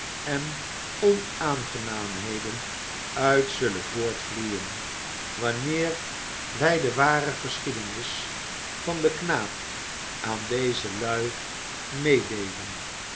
en onaangenaamheden uit zullen voortvloeien wanneer wij de ware geschiedenis van den knaap aan deze lui meedeelen